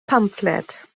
pamffled